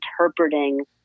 interpreting